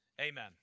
Amen